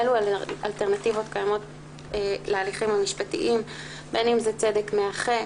אילו אלטרנטיבות קיימות להליכים המשפטיים בין אם זה צדק מאחה,